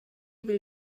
will